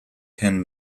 ten